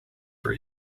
for